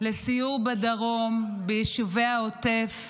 לסיור בדרום ביישובי העוטף,